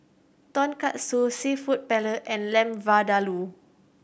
Tonkatsu Seafood Paella and Lamb Vindaloo